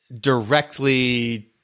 directly